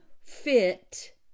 fit